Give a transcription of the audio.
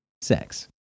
sex